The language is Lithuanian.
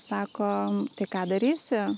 sakom tai ką darysi